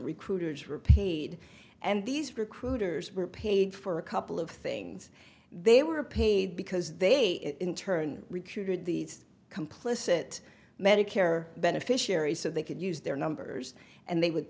recruiters were paid and these recruiters were paid for a couple of things they were paid because they in turn recruited these complicit medicare beneficiaries so they could use their numbers and they would